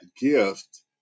gift